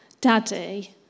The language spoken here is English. Daddy